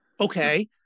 Okay